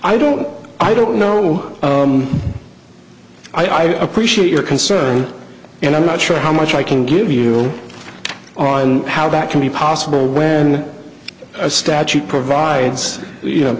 i don't i don't know i do appreciate your concern and i'm not sure how much i can give you on how that can be possible when a statute provides